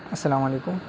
السلام علیکم